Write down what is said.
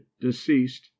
deceased